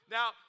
Now